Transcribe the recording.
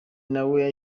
nawe